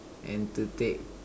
and to take